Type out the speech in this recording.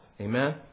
Amen